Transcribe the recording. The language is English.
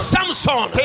Samson